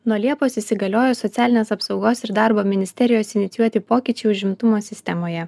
nuo liepos įsigaliojo socialinės apsaugos ir darbo ministerijos inicijuoti pokyčiai užimtumo sistemoje